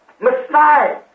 Messiah